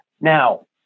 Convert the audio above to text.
Now